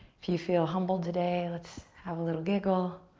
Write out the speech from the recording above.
if you feel humble today, let's have a little giggle,